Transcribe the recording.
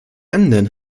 ändern